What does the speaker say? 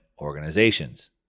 organizations